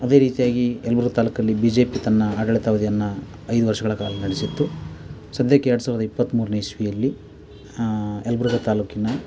ಅದೇ ರೀತಿಯಾಗಿ ಯಲ್ಬುರ್ಗ ತಾಲೂಕಲ್ಲಿ ಬಿ ಜೆ ಪಿ ತನ್ನ ಆಡಳಿತಾವಧಿಯನ್ನ ಐದು ವರ್ಷಗಳ ಕಾಲ ನಡೆಸಿತ್ತು ಸದ್ಯಕ್ಕೆ ಎರಡು ಸಾವಿರದ ಇಪ್ಪತ್ತ್ಮೂರನೇ ಇಸ್ವಿಯಲ್ಲಿ ಯಲ್ಬುರ್ಗ ತಾಲೂಕಿನ